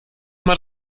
mal